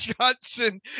Johnson